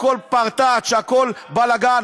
הכול פרטאץ', הכול בלגן.